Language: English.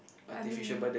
I mean man